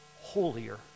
holier